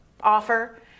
offer